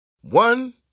One